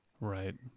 Right